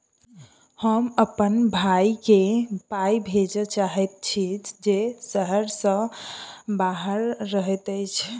हम अप्पन भयई केँ पाई भेजे चाहइत छि जे सहर सँ बाहर रहइत अछि